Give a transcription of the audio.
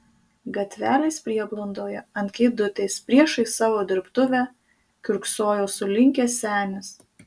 gatvelės prieblandoje ant kėdutės priešais savo dirbtuvę kiurksojo sulinkęs senis